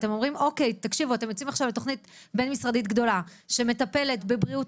אתם יוצאים לתוכנית בין משרדית גדולה שמטפלת בבריאות